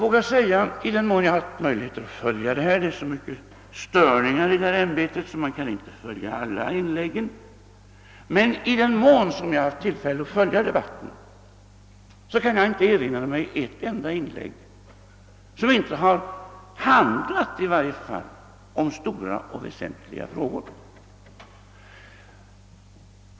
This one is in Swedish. I den mån jag haft tillfälle att följa debatten — det är så många störningar i det här ämbetet att man inte kan lyssna på alla inlägg — kan jag inte erinra mig ett enda inlägg, som i varje fall inte handlat om stora och väsentliga frågor.